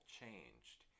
changed